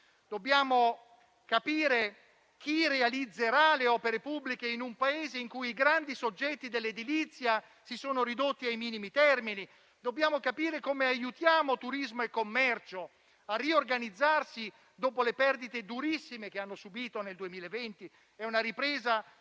Dobbiamo capire chi realizzerà le opere pubbliche in un Paese in cui i grandi soggetti dell'edilizia sono ridotti ai minimi termini. Dobbiamo capire come aiutiamo turismo e commercio a riorganizzarsi dopo le perdite durissime che hanno subito nel 2020. È una ripresa